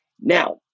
Now